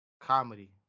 comedy